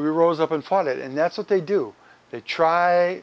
we rose up and fought it and that's what they do they try